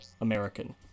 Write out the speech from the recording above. American